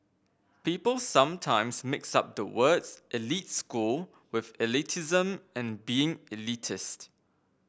people sometimes mix up the words elite school with elitism and being elitist